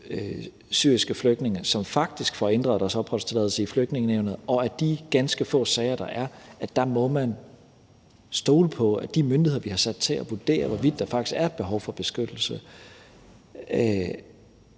syriske flygtninge, som faktisk får inddraget deres opholdstilladelse i Flygtningenævnet, og at man i de ganske få sager, der er, må stole på, at de myndigheder, vi har sat til at vurdere, hvorvidt der faktisk er et behov for beskyttelse,